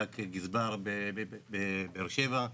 היה גזבר בבאר שבע,